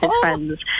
friends